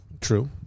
True